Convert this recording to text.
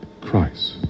Christ